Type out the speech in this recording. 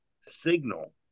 signal